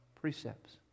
precepts